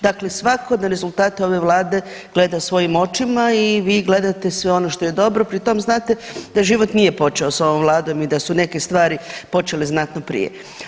Dakle, svako na rezultate ove vlade gleda svojim očima i vi gledate sve ono što je dobro, pri tome znate da život nije počeo s ovom vladom i da su neke stvari počele znatno prije.